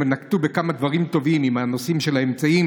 הם נקטו כמה דברים טובים עם הנושאים של האמצעים